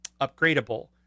upgradable